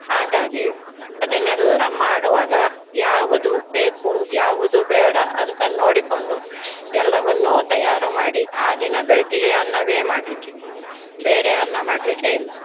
ಹಾಗಾಗಿ ಅದನ್ನೆಲ್ಲ ಮಾಡುವಾಗ ಯಾವುದು ಬೇಕು ಯಾವುದು ಬೇಡ ಅಂತ ನೋಡಿಕೊಂಡು ಎಲ್ಲವನ್ನೂ ತಯಾರು ಮಾಡಿ ಆ ದಿನ ಬೆಳಗ್ಗೆ ಅನ್ನವೇ ಮಾಡಲಿಕ್ಕೆ ಬೇರೆ ಅನ್ನ ಮಾಡಲಿಕ್ಕೆ ಇಲ್ಲ